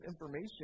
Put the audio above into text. information